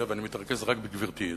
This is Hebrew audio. ואני מתרכז רק בגברתי,